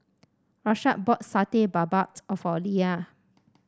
Rashaad bought Satay Babat a for Lea